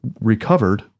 recovered